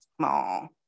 small